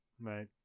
Right